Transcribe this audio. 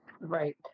Right